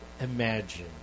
imagine